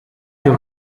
your